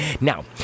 Now